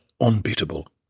unbeatable